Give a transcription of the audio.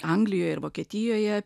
anglijoj ir vokietijoje